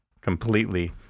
completely